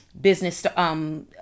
business